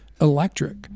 electric